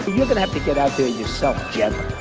you're gonna have to get out there yourself, jeb.